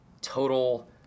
total